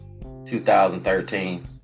2013